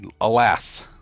alas